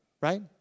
right